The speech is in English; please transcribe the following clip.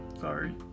sorry